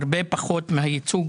הרבה פחות מהייצוג